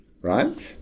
Right